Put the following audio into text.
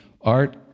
Art